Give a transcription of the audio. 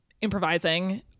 improvising